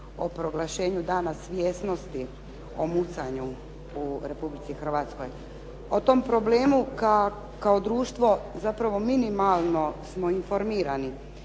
o proglašenju Dana svjesnosti o mucanju u Republici Hrvatskoj. O tom problemu kao društvo zapravo minimalno smo informirani,